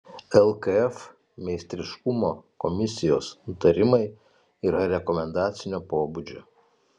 lkf meistriškumo komisijos nutarimai yra rekomendacinio pobūdžio